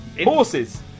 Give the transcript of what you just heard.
horses